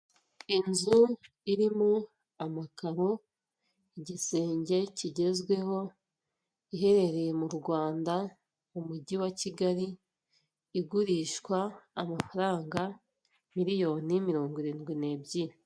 Aya n'ameza ari mu nzu, bigaragara ko aya meza ari ayokuriho arimo n'intebe nazo zibaje mu biti ariko aho bicarira hariho imisego.